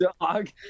dog